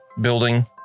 building